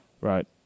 right